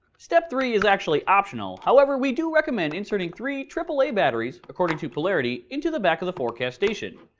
step three is actually optional, however, we do recommend inserting three aaa batteries, according to polarity, into the back of the forecast station.